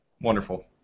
Wonderful